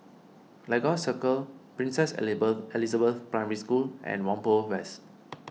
Lagos Circle Princess Elizabeth Primary School and Whampoa West